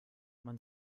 man